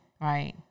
Right